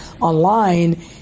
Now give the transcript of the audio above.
online